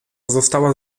została